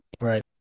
right